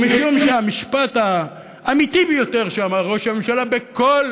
ומשום שהמשפט האמיתי ביותר שאמר ראש הממשלה בכל